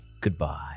goodbye